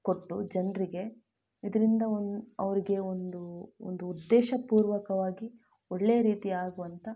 ಕೊಟ್ಟು ಜನರಿಗೆ ಇದರಿಂದ ಒಂದು ಅವರಿಗೆ ಒಂದು ಒಂದು ಉದ್ದೇಶಪೂರ್ವಕವಾಗಿ ಒಳ್ಳೆಯ ರೀತಿ ಆಗುವಂಥ